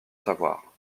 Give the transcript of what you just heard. savoir